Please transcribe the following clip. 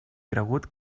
cregut